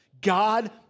God